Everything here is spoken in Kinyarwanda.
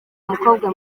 mukobwa